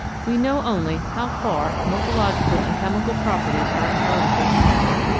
we know only how far morphological and chemical properties are in heritable together,